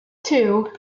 two